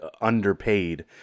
underpaid